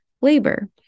Labor